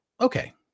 okay